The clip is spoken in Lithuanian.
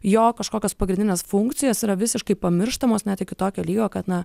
jo kažkokias pagrindines funkcijas yra visiškai pamirštamas net iki tokio lygio kad na